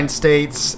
states